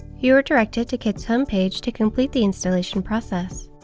you are directed to kit's homepage to complete the installation process.